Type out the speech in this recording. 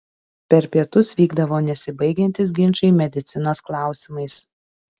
per pietus vykdavo nesibaigiantys ginčai medicinos klausimais